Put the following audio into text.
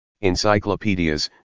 encyclopedias